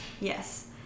Yes